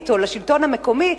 לשלטון המקומי,